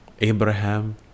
Abraham